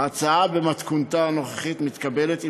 ההצעה במתכונתה הנוכחית מתקבלת.